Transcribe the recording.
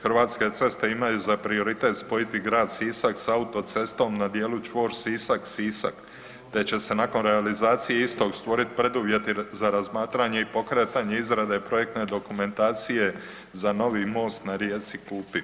Hrvatske ceste imaju za prioritet spojiti grad Sisak sa autocestom na dijelu čvor Sisak – Sisak te će se nakon realizacije istog stvoriti preduvjeti za razmatranje i pokretanje izrade projektne dokumentacije za novi most na rijeci Kupi.